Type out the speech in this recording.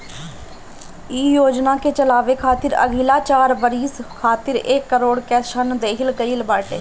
इ योजना के चलावे खातिर अगिला चार बरिस खातिर एक करोड़ कअ ऋण देहल गईल बाटे